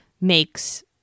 makes